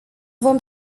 vom